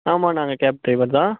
ஆமாம் நாங்கள் cab driver தான்